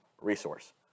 resource